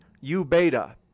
U-beta